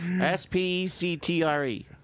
S-P-E-C-T-R-E